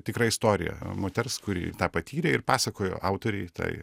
tikra istorija moters kuri tą patyrė ir pasakojo autorei tai